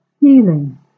healing